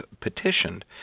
petitioned